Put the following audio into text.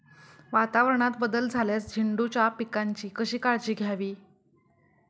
वातावरणात बदल झाल्यास झेंडूच्या पिकाची कशी काळजी घ्यावी?